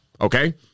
Okay